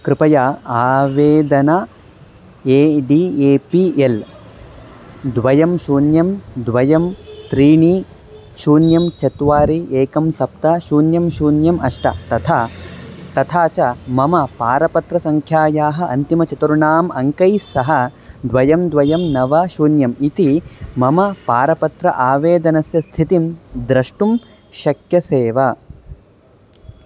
कृपया आवेदन A D A P L द्वे शून्यं द्वे त्रीणि शून्यं चत्वारि एकं सप्त शून्यं शून्यम् अष्ट तथा तथा च मम पारपत्रसङ्ख्यायाः अन्तिमचतुर्णाम् अङ्कैस्सह द्वे द्वे नव शून्यम् इति मम पारपत्र आवेदनस्य स्थितिं द्रष्टुं शक्यसे वा